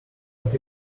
but